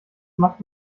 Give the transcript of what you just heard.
macht